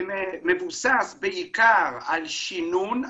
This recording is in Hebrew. שמבודד בעיקר על שינון,